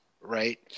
right